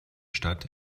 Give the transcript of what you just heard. stadt